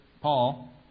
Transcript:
Paul